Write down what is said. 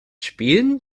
spielen